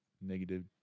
negative